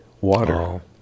water